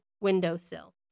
windowsill